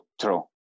true